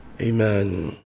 Amen